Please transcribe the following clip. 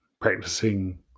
practicing